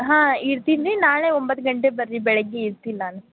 ಹಾಂ ಇರ್ತೀನಿ ರೀ ನಾಳೆ ಒಂಬತ್ತು ಗಂಟೆಗೆ ಬರ್ರಿ ಬೆಳಗ್ಗೆ ಇರ್ತೀನಿ ನಾನು